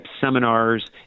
seminars